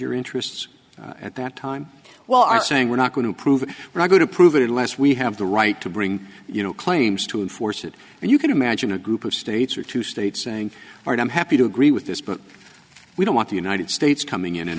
your interests at that time well are saying we're not going to approve when i go to prove it unless we have the right to bring you know claims to enforce it and you can imagine a group of states or two states saying or and i'm happy to agree with this but we don't want the united states coming in and